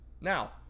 Now